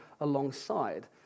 alongside